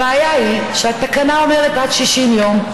הבעיה היא שהתקנה אומרת עד 60 יום,